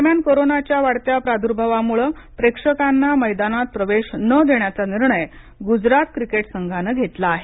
दरम्यान कोरोनाच्या वाढत्या प्रादुर्भावामुळे प्रेक्षकांना मैदानात प्रवेश न देण्याचा निर्णय गुजरात क्रिकेट संघानं घेतला आहे